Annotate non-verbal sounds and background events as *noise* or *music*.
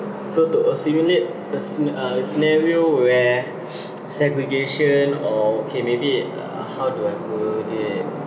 so to uh simulate uh simu~ a scenario where *breath* segregation or okay maybe uh how do I go there